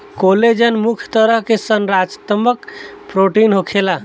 collagen मुख्य तरह के संरचनात्मक प्रोटीन होखेला